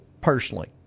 personally